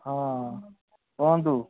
ହଁ କହନ୍ତୁ